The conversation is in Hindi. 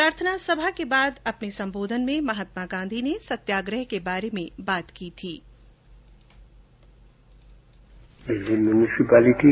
प्रार्थना सभा के बाद अपने संबोधन में महात्मा गांधी ने सत्याग्रह के बारे में बात की थी